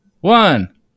one